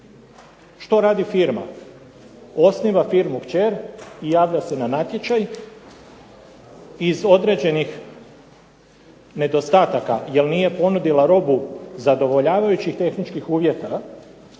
Što radi firma? Osniva firmu kćer i javlja se na natječaj iz određenih nedostataka jer nije ponudila robu zadovoljavajućih tehničkih uvjeta